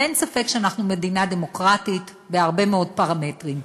ואין ספק שאנחנו מדינה דמוקרטית בהרבה מאוד פרמטרים.